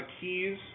keys